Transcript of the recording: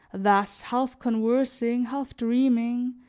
thus, half conversing, half dreaming,